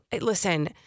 listen